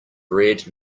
bread